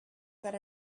that